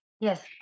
Yes